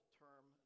term